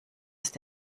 ist